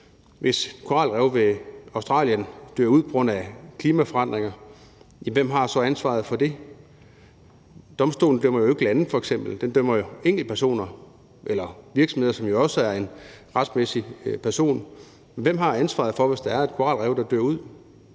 Hvis et koralrev ved Australien dør ud på grund af klimaforandringer, hvem har så ansvaret for det? Domstolen dømmer jo f.eks. ikke lande; den dømmer enkeltpersoner eller virksomheder, som også er en retsmæssig person. Hvem har ansvaret for det, hvis der er et koralrev, der dør ud?